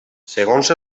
segons